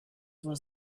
was